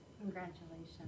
Congratulations